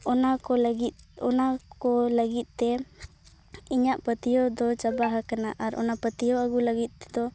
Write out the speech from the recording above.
ᱚᱱᱟ ᱠᱚ ᱞᱟᱹᱜᱤᱫ ᱚᱱᱟ ᱠᱚ ᱞᱟᱹᱜᱤᱫ ᱛᱮ ᱤᱧᱟᱹᱜ ᱯᱟᱹᱛᱭᱟᱹᱣ ᱫᱚ ᱪᱟᱵᱟ ᱦᱟᱠᱟᱱᱟ ᱟᱨ ᱚᱱᱟ ᱯᱟᱹᱛᱭᱟᱹᱣ ᱟᱹᱜᱩ ᱞᱟᱹᱜᱤᱫ ᱫᱚ